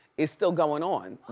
is still going on.